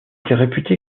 réputé